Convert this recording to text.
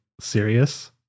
serious